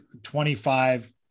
25